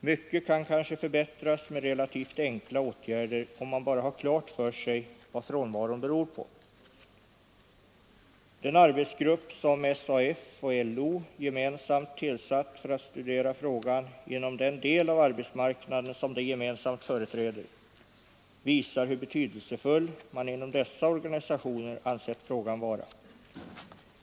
Mycket kan kanske förbättras med relativt enkla åtgärder, om man bara har klart för sig vad frånvaron beror på. Den arbetsgrupp som SAF och LO gemensamt tillsatt för att studera frågan inom den del av arbetsmarknaden som de tillsammans företräder visar hur betydelsefull man inom dessa organisationer ansett frågan vara.